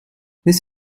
this